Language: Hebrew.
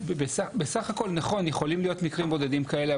ובסך הכל נכון, יכולים להיות מקרים בודדים כאלה.